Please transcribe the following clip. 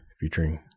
featuring